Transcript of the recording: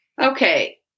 Okay